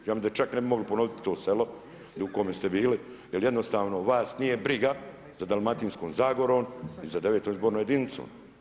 Ja mislim da čak ne bi mogli ponoviti to selo u kome ste bili jer jednostavno vas nije briga za Dalmatinskom zagorom i za 9. izbornom jedinicom.